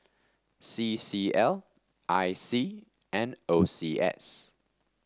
C C L I C and O C S